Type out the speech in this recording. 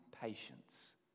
patience